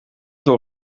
door